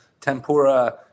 tempura